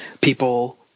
people